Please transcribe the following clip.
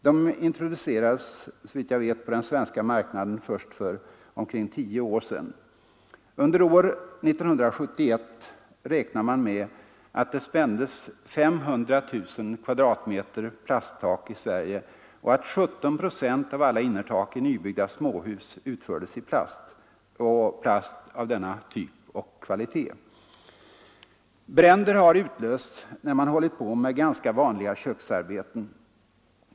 De introducerades såvitt jag vet på den svenska marknaden först för tio år sedan. Under år 1971 räknade man med att det spändes 500 000 kvadratmeter plasttak i Sverige och att 17 procent av alla innertak i nybyggda småhus utfördes i plast av denna typ och kvalitet. Bränder har utlösts när man hållit på med ganska vanliga köksarbeten.